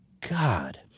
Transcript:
God